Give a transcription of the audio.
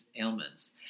ailments